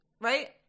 right